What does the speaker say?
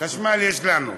חשמל יש לנו,